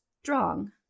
Strong